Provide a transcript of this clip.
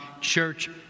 church